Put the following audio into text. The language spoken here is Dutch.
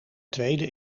tweede